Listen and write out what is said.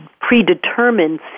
predetermined